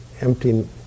empty